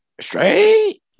Straight